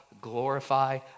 glorify